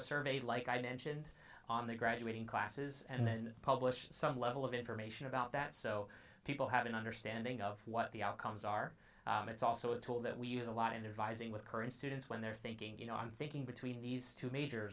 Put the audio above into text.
a survey like i mentioned on the graduating classes and then publish some level of information about that so people have an understanding of what the outcomes are and it's also a tool that we use a lot in advising with current students when they're thinking you know i'm thinking between these two major